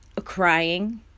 crying